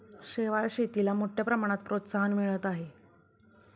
शेवाळ शेतीला मोठ्या प्रमाणात प्रोत्साहन मिळत आहे